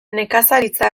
nekazaritza